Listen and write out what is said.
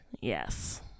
Yes